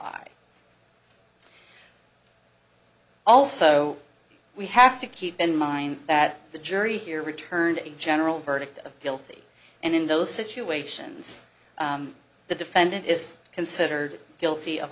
t also we have to keep in mind that the jury here returned a general verdict of guilty and in those situations the defendant is considered guilty of